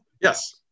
yes